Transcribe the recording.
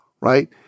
right